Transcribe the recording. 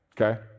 Okay